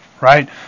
right